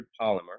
polymer